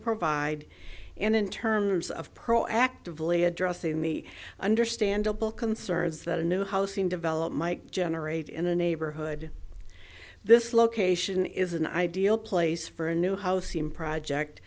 provide and in terms of proactively addressing the understandable concerns that a new housing develop might generate in the neighborhood this location is an ideal place for a new house seem project